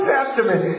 Testament